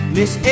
Miss